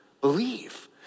Believe